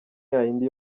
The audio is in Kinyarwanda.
yayindi